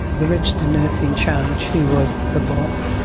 the registered nurse in charge who was the boss,